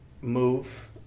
Move